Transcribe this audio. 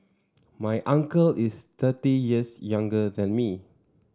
my uncle is thirty years younger than me